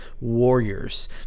warriors